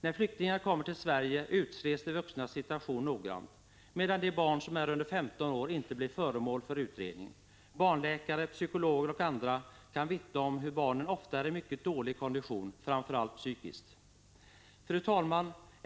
När flyktingarna kommer till Sverige utreds de vuxnas situation noggrant, medan de barn som är under 15 år inte blir föremål för utredning. Barnläkare, psykologer och andra kan vittna om att barnen ofta är i mycket dålig kondition, framför allt psykiskt. Fru talman!